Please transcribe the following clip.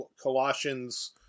Colossians